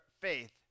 faith